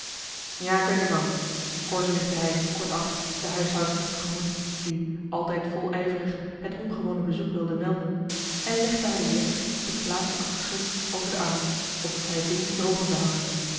weet er van korzeligde hij kortaf de huishoudster tegemoet die altijd volijverig het ongewone bezoek wilde melden en legde haar den jekker dien hij op het plaatsje wat had afgeschud over den arm opdat zij het ding te drogen zou hangen